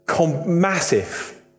massive